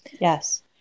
Yes